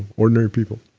ordinary people,